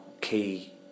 key